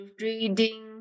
reading